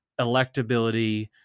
electability